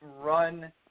run